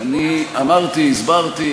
אמרתי, הסברתי.